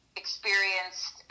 experienced